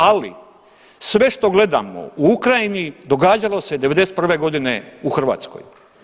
Ali sve što gledamo u Ukrajini događalo se '91. godine u Hrvatskoj.